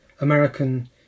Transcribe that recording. American